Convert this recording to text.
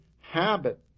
habit